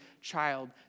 child